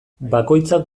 bakoitzak